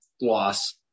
loss